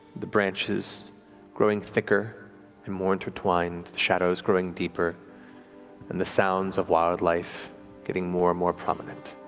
the branches growing thicker and more intertwined, the shadows growing deeper and the sounds of wildlife getting more and more prominent.